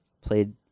played